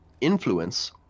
influence